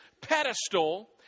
pedestal